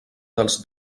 dels